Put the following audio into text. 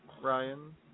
Ryan